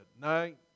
night